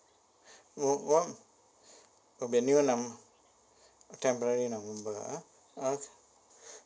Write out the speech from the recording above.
oh oh oh the new num~ temporary number ah okay